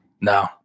No